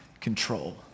control